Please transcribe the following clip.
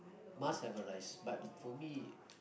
must have a rice but for me